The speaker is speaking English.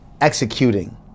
executing